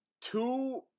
two